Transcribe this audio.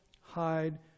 hide